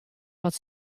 wat